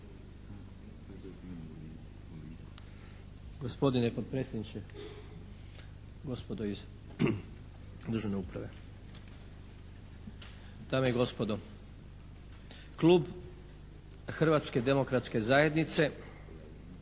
Hrvatske demokratske zajednice